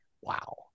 wow